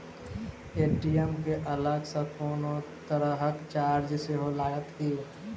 ATM केँ अलग सँ कोनो तरहक चार्ज सेहो लागत की?